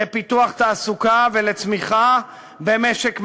לפיתוח תעסוקה ולצמיחה במשק מדשדש,